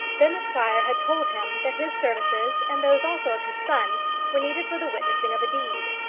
then the squire had told him that his services and those also of his son were needed for the witnessing of a deed.